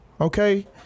Okay